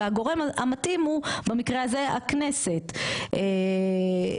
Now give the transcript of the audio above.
והגורם המתאים הוא במקרה הזה הכנסת לדעתי,